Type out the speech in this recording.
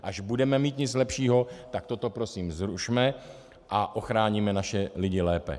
Až budeme mít něco lepšího, tak toto prosím zrušme a ochráníme naše lidi lépe.